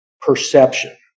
perception